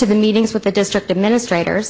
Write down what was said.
to the meetings with the district administrators